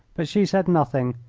but she said nothing,